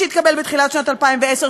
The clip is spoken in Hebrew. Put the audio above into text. שהתקבל בתחילת שנת 2010,